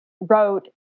wrote